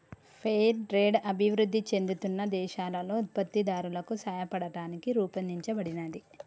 fair trade అభివృద్ధి చెందుతున్న దేశాలలో ఉత్పత్తిదారులకు సాయపడటానికి రూపొందించబడినది